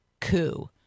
coup